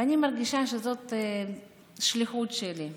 ואני מרגישה שזאת השליחות שלי.